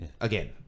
again